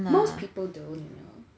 most people don't you know